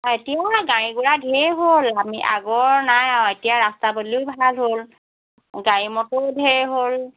এতিয়াতো গাড়ী গোৰা ধেৰ হ'ল আমি আগৰ নাই আৰু এতিয়া ৰাস্তা পদূলিও ভাল হ'ল গাড়ী মটৰো ধেৰ হ'ল